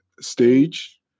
stage